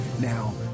Now